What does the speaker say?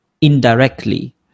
indirectly